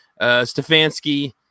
stefanski